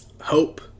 Hope